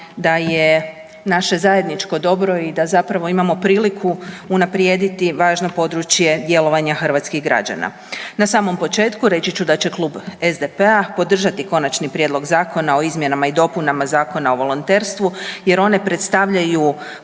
da je naše zajedničko dobro i da zapravo imamo priliku unaprijediti važno područje djelovanja hrvatskih građana. Na samom početku, reći ću da će Klub SDP-a podržati Konačni prijedlog zakona izmjenama i dopunama Zakona o volonterstvu jer one predstavljaju